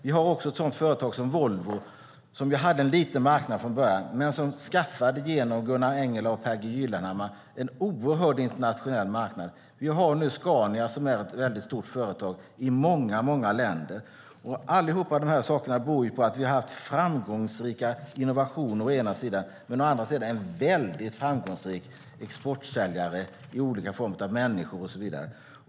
Vi har också ett sådant företag som Volvo, som hade en liten marknad från början men som genom Gunnar Engellau och Pehr G Gyllenhammar skaffade en oerhörd internationell marknad. Vi har också Scania som är ett väldigt stort företag i många länder. Alla de här sakerna beror ju på att vi har haft framgångsrika innovationer å ena sidan, men å andra sidan har olika människor varit väldigt framgångsrika exportsäljare.